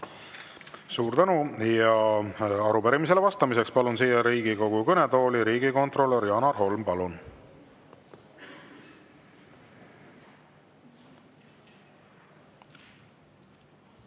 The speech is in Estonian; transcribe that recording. Suur tänu! Arupärimisele vastamiseks palun siia Riigikogu kõnetooli riigikontrolör Janar Holmi. Palun!